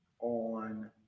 on